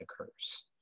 occurs